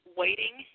waiting